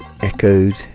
echoed